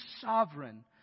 sovereign